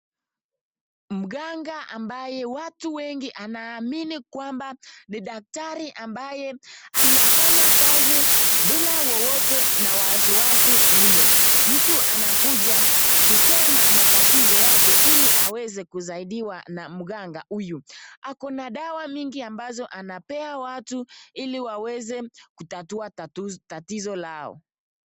Mganga ambaye watu wengi wanaamini ya kwamba ni daktari ambaye anafanya kazi bila wasiwasi yoyote ile. Mtu anakuja kusema matatizo yake ili aweze kusaidiwa na mganga huyu ako na dawa mingi ambazo anapea watu ili waweze kutatua tatizo lao.